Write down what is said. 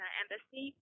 embassy